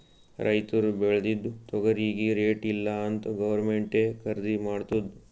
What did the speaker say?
ರೈತುರ್ ಬೇಳ್ದಿದು ತೊಗರಿಗಿ ರೇಟ್ ಇಲ್ಲ ಅಂತ್ ಗೌರ್ಮೆಂಟೇ ಖರ್ದಿ ಮಾಡ್ತುದ್